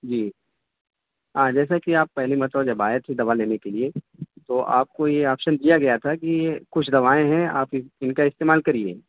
جی ہاں جیسا کہ آپ پہلی مرتبہ جب آئے تھے دوا لینے کے لیے تو آپ کو یہ آپشن دیا گیا تھا کہ یہ کچھ دوائیں ہیں آپ ان کا استعمال کریے